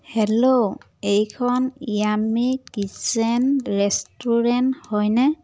hello এইখন Yummy Kitchen restaurant হয়নে